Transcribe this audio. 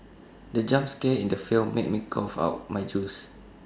the jump scare in the film made me cough out my juice